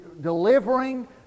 delivering